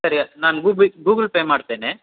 ಸರಿಯ ನಾನು ಗೂಬಿ ಗೂಗಲ್ ಪೇ ಮಾಡ್ತೇನೆ